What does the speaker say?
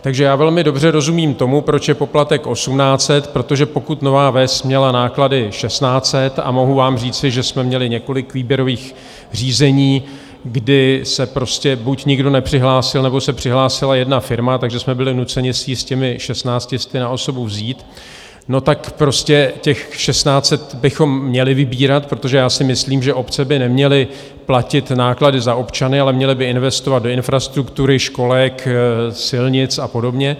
Takže já velmi dobře rozumím tomu, proč je poplatek 1 800, protože pokud Nová Ves měla náklady 1 600 a mohu vám říci, že jsme měli několik výběrových řízení, kdy se prostě buď nikdo nepřihlásil, nebo se přihlásila jedna firma, takže jsme byli nuceni si ji s těmi 1 600 na osobu vzít tak prostě těch 1 600 bychom měli vybírat, protože si myslím, že obce by neměly platit náklady za občany, ale měly by investovat do infrastruktury, školek, silnic a podobně.